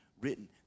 written